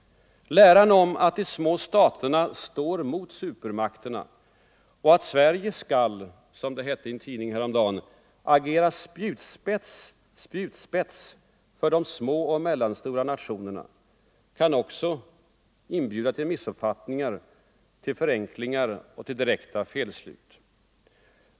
Läran om att de små staterna står mot supermakterna och att Sverige skall — som det hette i en tidning häromdagen -”agera spjutspets för de små och mellanstora nationerna”, kan också inbjuda till missupp 91 fattningar, till förenklingar och till direkta felslut.